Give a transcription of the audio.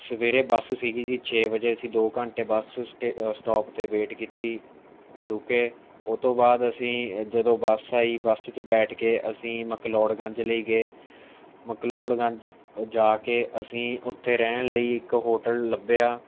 ਸਵੇਰੇ ਬੱਸ ਸਿਗੀ ਜੀ ਛੇ ਵਜੇ ਅਸੀਂ ਦੋ ਘੰਟੇ ਬੱਸ ਸਟ ਸਟੋਪ 'ਤੇ ਵੇਟ ਕੀਤੀ ਰੁਕੇ ਉਹਤੋਂ ਬਾਅਦ ਅਸੀਂ ਜਦੋਂ ਬੱਸ ਆਈ ਬੱਸ 'ਚ ਬੈਠ ਕੇ ਅਸੀਂ ਮਕਲੋੜਗੰਜ ਲਈ ਗਏ ਮਕਲੋੜਗੰਜ ਜਾ ਕੇ ਅਸੀਂ ਉੱਥੇ ਰਹਿਣ ਲਈ ਇੱਕ ਹੋਟਲ ਲੱਭਿਆ